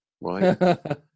right